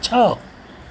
છ